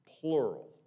plural